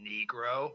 Negro